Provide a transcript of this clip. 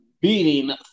beating